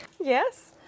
yes